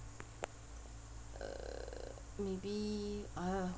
err maybe ah